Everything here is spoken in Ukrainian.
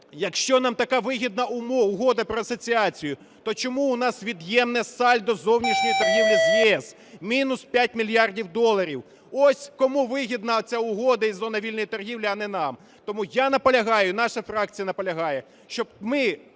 Якщо нам така вигідна Угода про асоціацію, то чому у нас від'ємне сальдо зовнішньої торгівлі з ЄС? Мінус 5 мільярдів доларів. Ось кому вигідна ця угода і зона вільної торгівлі, а не нам. Тому я наполягаю, наша фракція наполягає, щоб ми